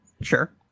Sure